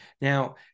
Now